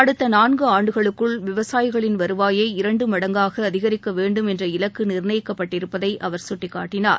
அடுத்த நாள்கு ஆண்டுகளுக்குள் விவசாயிகளின் வருவாயை இரண்டு மடங்காக அதிகரிக்கவேண்டும் என்ற இலக்கு நிர்ணயிக்கப்பட்டிருப்பதை அவர் சுட்டிக்காட்டினார்